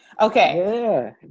Okay